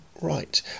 right